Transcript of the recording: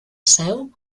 seu